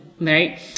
right